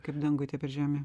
kaip danguj taip ir žemėje